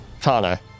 Tana